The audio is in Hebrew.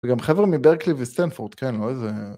וגם חבר'ה מברקלי וסטנפורד, כן, לא איזה...